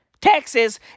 Texas